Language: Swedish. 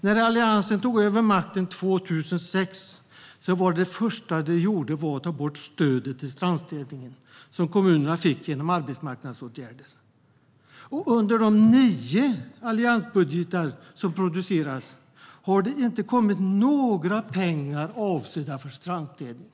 När Alliansen tog över makten 2006 var det första de gjorde att ta bort stödet till strandstädning som kommunerna fick genom arbetsmarknadsåtgärder. I de nio alliansbudgetar som producerats har det inte kommit några pengar avsedda för strandstädning.